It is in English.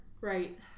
right